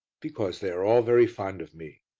because they are all very fond of me.